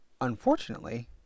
Unfortunately